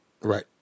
Right